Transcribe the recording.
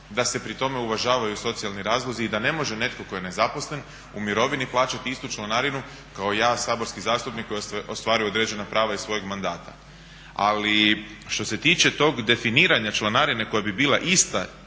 da se pri tome uvažavaju socijalni razlozi i da ne može netko tko je nezaposlen, u mirovini, plaćati istu članarinu kao ja saborski zastupnik koji ostvarujem određena prava iz svojeg mandata. Ali što se tiče tog definiranja članarine koja bi bila ista